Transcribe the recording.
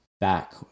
back